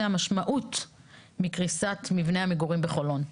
המשמעות מקריסת מבנה המגורים בחולון".